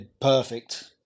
perfect